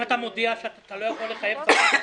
אתה מודיע שאתה לא יכול לחייב ספק,